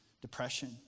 depression